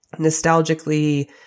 nostalgically